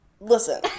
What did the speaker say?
Listen